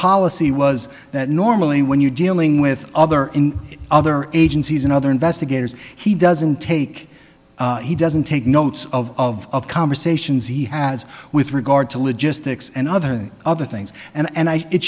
policy was that normally when you're dealing with other in other agencies and other investigators he doesn't take he doesn't take notes of conversations he has with regard to logistics and other the other things and and i it